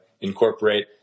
Incorporate